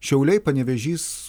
šiauliai panevėžys